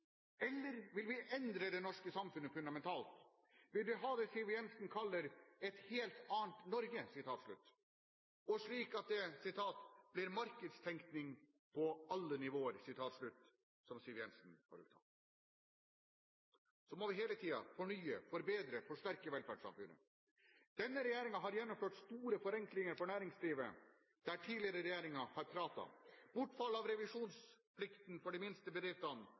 eller vil vi endre det norske samfunnet fundamentalt? Vil vi ha det Siv Jensen kaller «et helt annet Norge», og slik at det «blir markedstenkning på alle nivåer», som Siv Jensen har uttalt? Så må vi hele tiden fornye, forbedre og forsterke velferdssamfunnet. Denne regjeringen har gjennomført store forenklinger for næringslivet der tidligere regjeringer har pratet. Bortfall av revisjonsplikten for de minste bedriftene